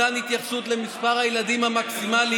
מתן התייחסות למספר הילדים המקסימלי